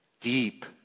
deep